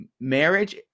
Marriage